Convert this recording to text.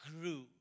grew